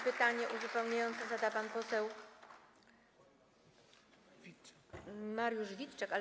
Pytanie uzupełniające zada pan poseł Mariusz Witczak.